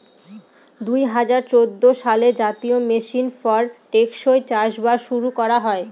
দুই হাজার চৌদ্দ সালে জাতীয় মিশন ফর টেকসই চাষবাস শুরু করা হয়